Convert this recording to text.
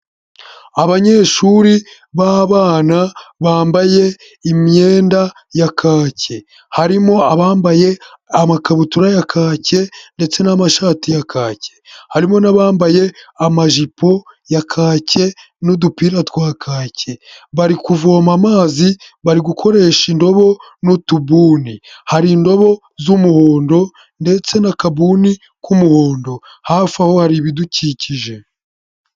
Abanyeshuri b'abana bambaye imyenda ya kake, harimo abambaye amakabutura ya kake ndetse n'amashati ya kake, harimo n'abambaye amajipo ya kake n'udupira twa kake, bari kuvoma amazi bari gukoresha indobo n'utubuni, hari indobo z'umuhondo ndetse n'akabuni k'umuhondo, hafi aho hari ibidukikije.